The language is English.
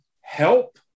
help